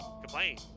complain